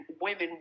women